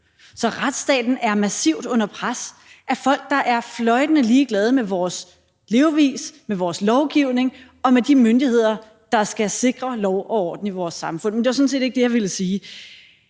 Så retsstaten er massivt under pres på grund af folk, der er fløjtende ligeglade med vores levevis, med vores lovgivning og med de myndigheder, der skal sikre lov og orden i vores samfund. Men det var sådan set ikke det, jeg ville sige.